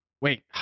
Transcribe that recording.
wait